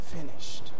finished